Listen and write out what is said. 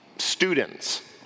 students